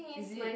is it